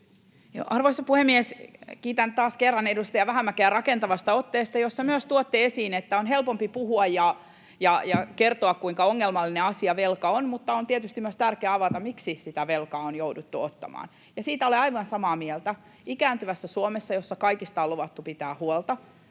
Arvoisa puhemies! Kiitän taas kerran edustaja Vähämäkeä rakentavasta otteesta, jossa tuotte esiin, että on helpompi puhua ja kertoa, kuinka ongelmallinen asia velka on, mutta on tietysti myös tärkeää avata, miksi sitä velkaa on jouduttu ottamaan. Siitä olen aivan samaa mieltä: ikääntyvässä Suomessa, jossa kaikista on luvattu pitää huolta